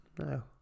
No